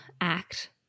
act